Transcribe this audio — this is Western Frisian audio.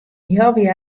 healwei